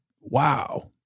wow